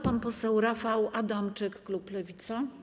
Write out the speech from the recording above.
Pan poseł Rafał Adamczyk, klub Lewica.